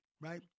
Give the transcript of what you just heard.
right